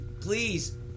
Please